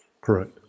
Correct